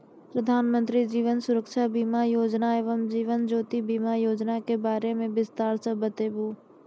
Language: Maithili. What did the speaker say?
प्रधान मंत्री जीवन सुरक्षा बीमा योजना एवं जीवन ज्योति बीमा योजना के बारे मे बिसतार से बताबू?